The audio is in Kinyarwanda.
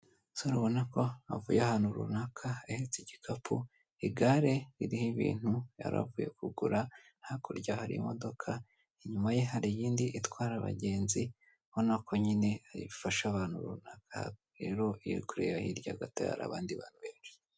Umusore ubona ko avuye ahantu runaka ahetse igikapu igare ririho ibintu yaravuye kugura hakurya hari imodoka inyuma ye hari iyindi itwara abagenzi ubona ko nyine ifasha abantu runaka rero iyo kure yaho hirya gato hari abandi bantu benshi.